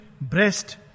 breast